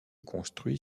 construit